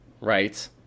right